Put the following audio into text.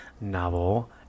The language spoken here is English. novel